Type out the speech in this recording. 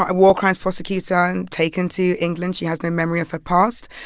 ah war crimes prosecutor and taken to england. she has no memory of her past,